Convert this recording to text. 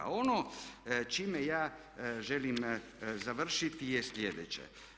Ono s čime ja želim završiti je sljedeće.